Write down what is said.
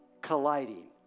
colliding